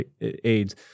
AIDS